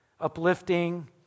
uplifting